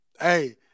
Hey